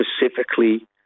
specifically